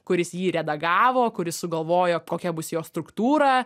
kuris jį redagavo kuris sugalvojo kokia bus jo struktūra